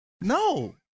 No